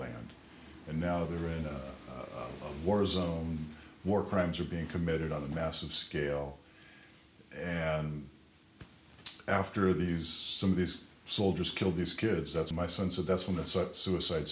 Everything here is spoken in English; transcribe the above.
land and now they're in a war zone more crimes are being committed on that massive scale and after these some of these soldiers killed these kids that's my sense of